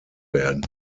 werden